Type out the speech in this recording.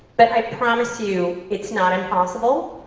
but i promise you, it's not impossible.